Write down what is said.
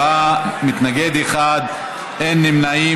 בעד, 47, מתנגד אחד, אין נמנעים.